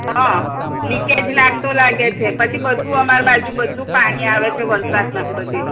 હાં લીકેજ લાગતો લાગે છે પછી બધું અમારી બાજુ બધું પાણી આવે છે વરસાદમાં બધે